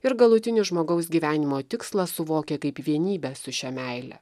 ir galutinį žmogaus gyvenimo tikslą suvokia kaip vienybę su šia meile